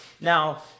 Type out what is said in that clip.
Now